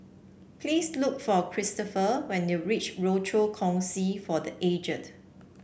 please look for Christopher when you reach Rochor Kongsi for The Aged